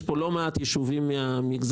יש פה לא מעט יישובים מהמגזר.